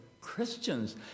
Christians